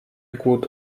głód